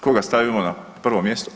Koga stavimo na prvo mjesto?